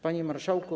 Panie Marszałku!